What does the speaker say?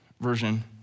version